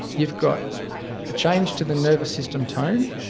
you've got a change to the nervous system tone,